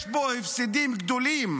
הכנסת גוטליב,